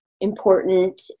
important